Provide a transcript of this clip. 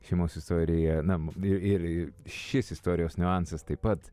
šeimos istorija na ir ir šis istorijos niuansas taip pat